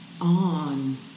on